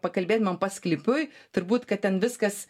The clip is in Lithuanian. pakalbėtumėm pasklypiui turbūt kad ten viskas